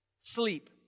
sleep